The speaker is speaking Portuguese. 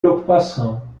preocupação